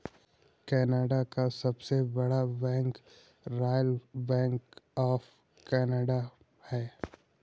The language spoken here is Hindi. कनाडा का सबसे बड़ा bank royal bank of Canada है